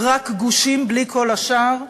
רק גושים בלי כל השאר?